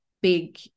big